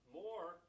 more